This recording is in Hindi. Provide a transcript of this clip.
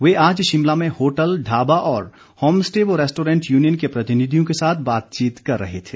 वे आज शिमला में होटल ढाबा और होमस्टे व रेस्टोरेंट यूनियन के प्रतिनिधियों के साथ बातचीत कर रहे थे